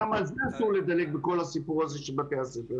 אני חושב שגם על זה אסור לדלג בכל הסיפור הזה של בתי הספר,